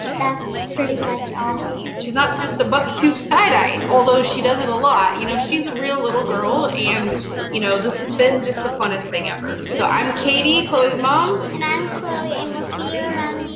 that's pretty much all. um she's not just a buck-toothed side eye. although she does it a lot. you know she's a real little girl and you know this has been just the funnest thing ever. so i'm katie, chloe's mom. and i'm chloe. and we'll see you around the